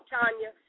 Tanya